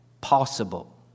possible